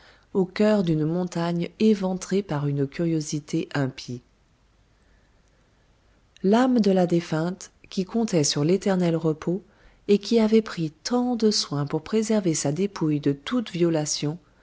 au cœur d'une montagne éventrée par une curiosité impie l'âme de la défunte qui comptait sur l'éternel repos et qui avait pris tant de soins pour préserver sa dépouille de toute violation